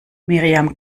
miriam